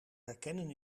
herkennen